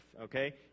okay